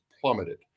plummeted